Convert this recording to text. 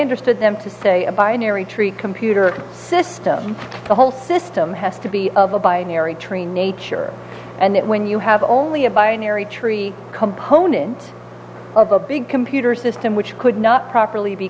understood them to say a binary tree computer system the whole system has to be of a binary tree nature and that when you have only a binary tree component of a big computer system which could not properly be